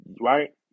right